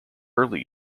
early